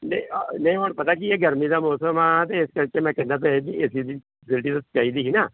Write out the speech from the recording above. ਨਹੀਂ ਆ ਨਹੀਂ ਹੁਣ ਪਤਾ ਕੀ ਹੈ ਗਰਮੀ ਦਾ ਮੌਸਮ ਆ ਅਤੇ ਇਸ ਕਰਕੇ ਮੈਂ ਕਹਿੰਦਾ ਪਿਆ ਜੀ ਏ ਸੀ ਦੀ ਫੈਸੀਲੀਟੀ ਤਾਂ ਚਾਹੀਦੀ ਸੀ ਨਾ